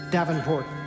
Davenport